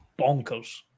Bonkers